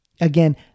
again